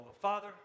Father